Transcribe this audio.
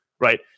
right